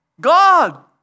God